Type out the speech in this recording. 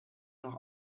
noch